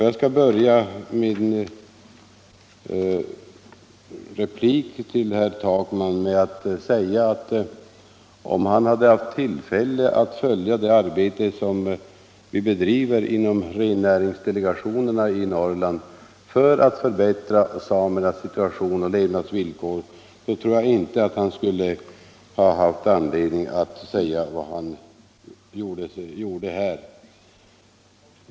Jag skall börja min replik till herr Takman med att säga att om han hade haft tillfälle att följa det arbete som vi bedriver inom rennäringsdelegationerna i Norrland för att förbättra samernas situation och levnadsvillkor, tror jag inte att han skulle ha haft anledning att yttra sig som han gjorde här.